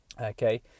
Okay